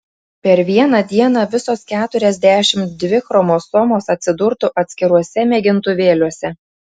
per vieną dieną visos keturiasdešimt dvi chromosomos atsidurtų atskiruose mėgintuvėliuose